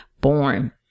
born